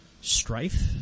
Strife